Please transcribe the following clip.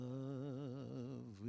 love